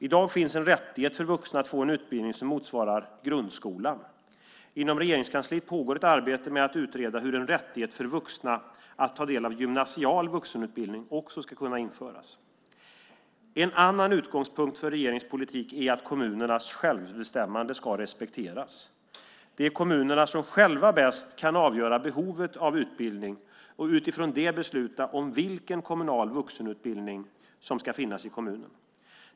I dag finns en rättighet för vuxna att få en utbildning som motsvarar grundskolan. Inom Regeringskansliet pågår ett arbete med att utreda hur en rättighet för vuxna att ta del av gymnasial vuxenutbildning också ska kunna införas. En annan utgångspunkt för regeringens politik är att kommunernas självbestämmande ska respekteras. Det är kommunerna som själva bäst kan avgöra behovet av utbildning och utifrån det besluta om vilken kommunal vuxenutbildning som ska finnas i kommunen.